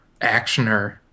actioner